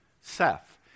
Seth